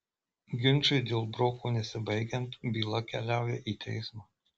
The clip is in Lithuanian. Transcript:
ginčui dėl broko nesibaigiant byla keliauja į teismą